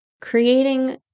creating